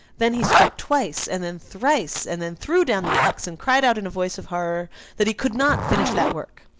then he struck twice, and then thrice, and then threw down the axe, and cried out in a voice of horror that he could not finish that work.